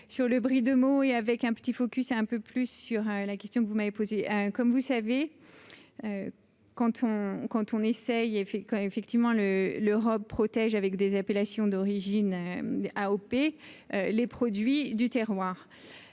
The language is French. sur le brie de Meaux et avec un petit focus est un peu plus sur la question que vous m'avez posé comme vous savez quand on, quand on essaye et fait quand effectivement le l'Europe protège avec des appellations d'origine, AOP, les produits du terroir